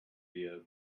via